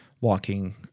walking